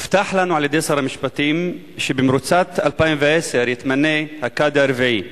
הובטח לנו על-ידי שר המשפטים שבמרוצת 2010 יתמנה הקאדי הרביעי.